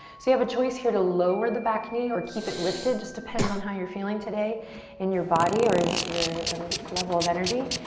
so you have a choice here to lower the back knee or keep it lifted. just depends on how you're feeling today in your body or in your level of energy.